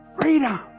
freedom